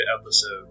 episode